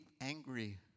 angry